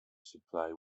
supply